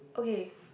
okay